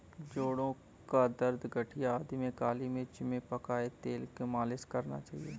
जोड़ों का दर्द, गठिया आदि में काली मिर्च में पकाए तेल की मालिश करना चाहिए